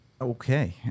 okay